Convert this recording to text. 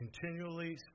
continually